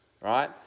right